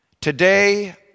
Today